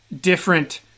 different